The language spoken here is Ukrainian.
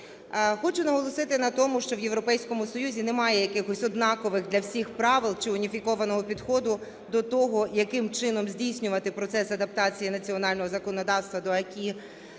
Хочу наголосити на тому, що в Європейському Союзі немає якихось однакових для всіх правил чи уніфікованого підходу до того, яким чином здійснювати процес адаптації національного законодавства до